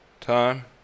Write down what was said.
time